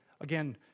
Again